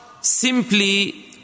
simply